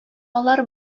алар